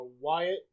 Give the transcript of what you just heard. Wyatt